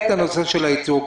את הנושא של הייצור,